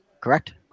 Correct